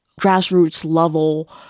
grassroots-level